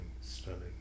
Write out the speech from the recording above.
Stunning